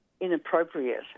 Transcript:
inappropriate